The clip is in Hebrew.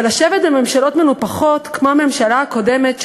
אבל לשבת בממשלות מנופחות כמו הממשלה הקודמת,